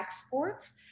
exports